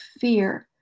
fear